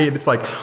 it's like,